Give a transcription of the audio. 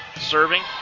serving